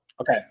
okay